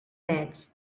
nets